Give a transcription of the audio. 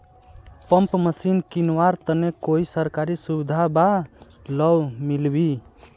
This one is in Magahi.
पंप मशीन किनवार तने कोई सरकारी सुविधा बा लव मिल्बी?